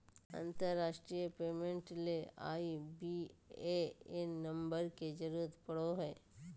अंतरराष्ट्रीय पेमेंट ले IBAN number के जरूरत पड़ो हय